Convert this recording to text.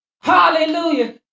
hallelujah